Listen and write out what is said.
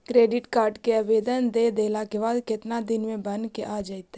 Credit card के आवेदन दे देला के बाद केतना दिन में बनके आ जइतै?